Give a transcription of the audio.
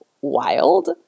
wild